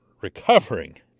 recovering